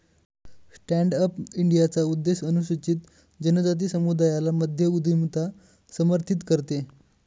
stand up इंडियाचा उद्देश अनुसूचित जनजाति समुदायाला मध्य उद्यमिता समर्थित करते